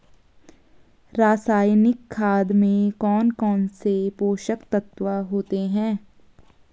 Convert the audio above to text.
रासायनिक खाद में कौन कौन से पोषक तत्व होते हैं?